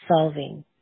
solving